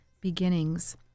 beginnings